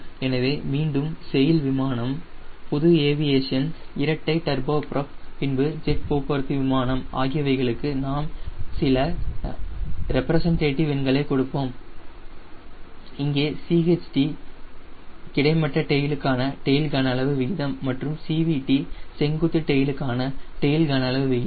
எனவே மீண்டும் செயில் விமானம் பொது ஏவியேஷன் இரட்டை டர்போ ப்ரோப் பின்பு ஜெட் போக்குவரத்து விமானம் ஆகியவைகளுக்கு நாம் சில ரெப்ரஷன்டேடிவ் எண்களை கொடுப்போம் இங்கே CHT கிடைமட்ட டெயிலுக்கான டெயில் கன அளவு விகிதம் மற்றும் CVT செங்குத்து டெயிலுக்கான டெயில் கன அளவு விகிதம்